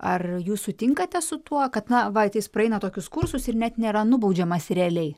ar jūs sutinkate su tuo kad na vat jis praeina tokius kursus ir net nėra nubaudžiamas realiai